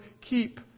keep